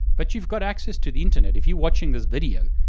but you've got access to the internet. if you're watching this video,